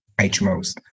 HMOs